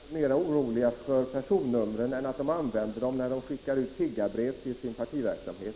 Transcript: Herr talman! Moderaterna är inte mera oroliga för personnumren än att de använder dem när de skickar ut tiggarbrev i sin partiverksamhet.